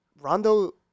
Rondo